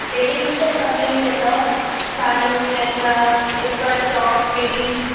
ladies जा सभु मिली वेंदव साड़ियूं लेहंॻा स्कर्ट टॉप मिडी